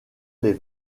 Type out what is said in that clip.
les